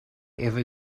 ever